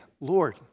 Lord